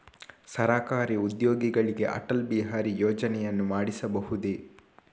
ಸರಕಾರಿ ಉದ್ಯೋಗಿಗಳಿಗೆ ಅಟಲ್ ಬಿಹಾರಿ ಯೋಜನೆಯನ್ನು ಮಾಡಿಸಬಹುದೇ?